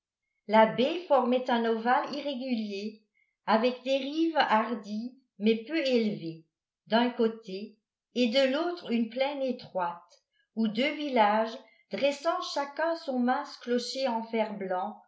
la baie formait un ovale irrégulier avec des rives hardies mais peu élevées d'un côté et de l'autre une plaine étroite où deux villages dressant chacun son mince clocher en fer-blanc